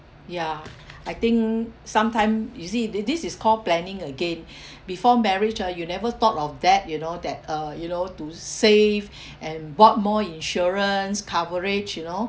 ya I think sometime you see th~ this is called planning again before marriage ah you never thought of that you know that uh you know to save and bought more insurance coverage you know